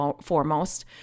foremost